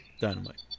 Dynamite